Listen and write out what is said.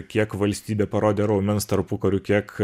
kiek valstybė parodė raumens tarpukariu kiek